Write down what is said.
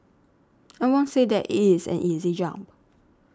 I won't say that it is an easy jump